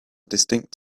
distinct